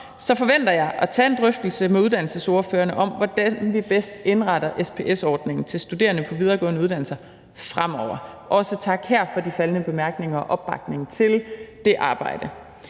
om, forventer jeg at tage en drøftelse med uddannelsesordførerne om, hvordan vi bedst indretter SPS-ordningen til studerende på videregående uddannelser fremover – også tak her for de faldne bemærkninger og opbakning til det arbejde.